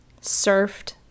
surfed